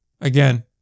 Again